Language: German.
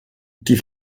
die